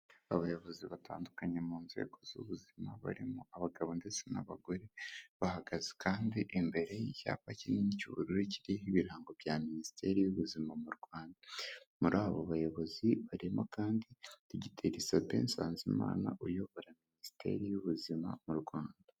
Abayobozi batandukanye mu nzego z'ubuzima barimo abagabo ndetse n'abagore, bahagaze kandi imbere y'icyapa kinini cy'ubururu kiriho ibirango bya Minisiteri y'ubuzima mu Rwanda, muri abo bayobozi barimo kandi Dogiteri Sabe NSANZIMANA uyobora Minisiteri y'ubuzima mu Rwanda.